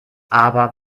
aber